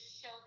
show